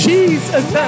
Jesus